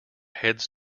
heads